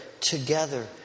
together